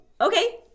okay